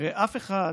הרי אף אחד